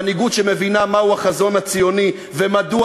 מנהיגות שמבינה מהו החזון הציוני ומדוע